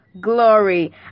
glory